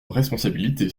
responsabilité